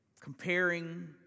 comparing